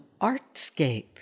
Artscape